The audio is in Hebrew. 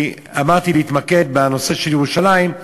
כי אמרתי להתמקד בנושא של ירושלים.